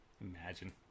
Imagine